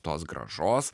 tos grąžos